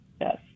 Yes